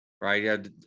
right